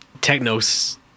Technos